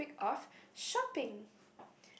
of shopping